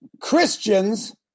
Christians